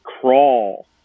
crawl